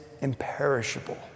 imperishable